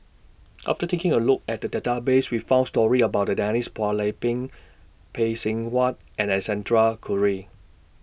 after taking A Look At The Database We found stories about Denise Phua Lay Peng Phay Seng Whatt and Alexander Guthrie